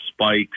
spikes